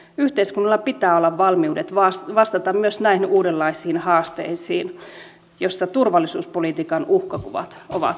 yhteiskunnalla pitää olla valmiudet vastata myös näihin uudenlaisiin haasteisiin joissa turvallisuuspolitiikan uhkakuvat ovat muuttuneet